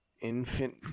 infant